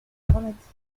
dramatiques